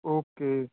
okay